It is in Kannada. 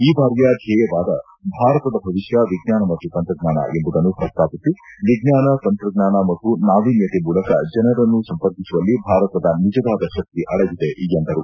ಈ ಬಾರಿಯ ದ್ವೇಯವಾದ ಭಾರತದ ಭವಿಷ್ಯ ವಿಜ್ಞಾನ ಮತ್ತು ತಂತ್ರಜ್ಞಾನ ಎಂಬುದನ್ನು ಪ್ರಸ್ತಾಪಿಸಿ ವಿಜ್ಞಾನ ತಂತಜ್ಞಾನ ಮತ್ತು ನಾವಿನ್ಯತೆ ಮೂಲಕ ಜನರನ್ನು ಸಂಪರ್ಕಿಸುವಲ್ಲಿ ಭಾರತದ ನಿಜವಾದ ಶಕ್ತಿ ಅಡಗಿದೆ ಎಂದರು